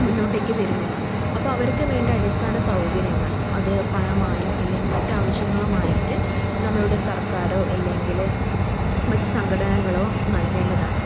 മുന്നോട്ടേക്ക് വരുന്നില്ല അപ്പോൾ അവർക്ക് വേണ്ട അടിസ്ഥാന സൗകര്യങ്ങൾ അത് പണമായും അല്ലെങ്കിൽ മറ്റ് ആവശ്യങ്ങളുമായിട്ട് നമ്മളുടെ സർക്കാരോ അല്ലെങ്കില് മറ്റ് സംഘടനകളോ നൽകേണ്ടതാണ്